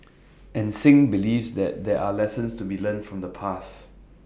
and Singh believes that there are lessons to be learnt from the past